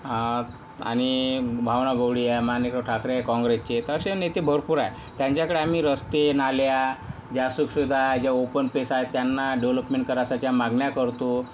आणि भावना गवळी आहे माणिकराव ठाकरे आहे काँग्रेसचे तसे नेते भरपूर आहे त्यांच्याकडे आम्ही रस्ते नाल्या ज्या सुखसुविधा ज्या ओपन पेसं आहे त्यांना डेव्हलपमेंट करासाठी मागण्या करतो